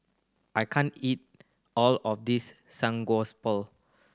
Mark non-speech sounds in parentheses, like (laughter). I can't eat all of this (unintelligible)